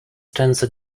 tensor